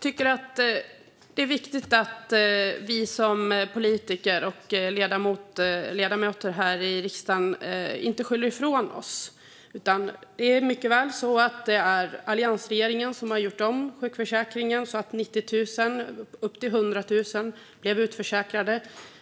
tycker att det är viktigt att vi som politiker och ledamöter här i riksdagen inte skyller ifrån oss. Det är så att det är alliansregeringen som har gjort om sjukförsäkringen så att 90 000-100 000 personer blev utförsäkrade.